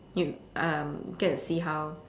you um get to see how